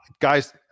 guys